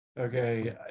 okay